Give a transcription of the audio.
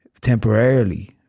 temporarily